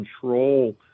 control